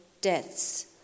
deaths